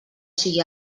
sigui